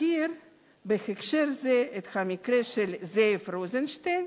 אזכיר בהקשר זה את המקרה של זאב רוזנשטיין,